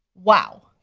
wow.